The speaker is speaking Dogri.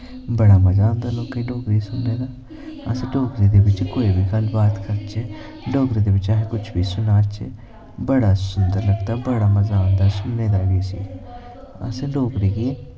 बड़ा मज़ा आंदा ऐ लोकें डोगरी सुनने च अस डोगरी दे बिच्च कोई बी गल्ल बात करचै डोगरी दै बिच्च अस किश बी सुनाचै बड़ा सुंदर लगदा बड़ा मज़ा आंदा सुनने दा किश अस डोगरी गी